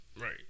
Right